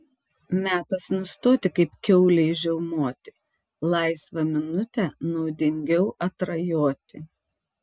metas nustoti kaip kiaulei žiaumoti laisvą minutę naudingiau atrajoti